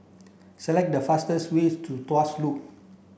select the fastest way to Tuas Loop